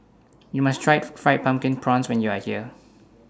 YOU must Try Fried Pumpkin Prawns when YOU Are here